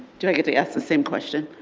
do i get to ask the same question?